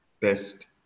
best